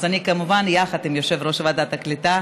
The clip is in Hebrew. אז אני, כמובן, יחד עם יושב-ראש ועדת הקליטה,